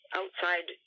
outside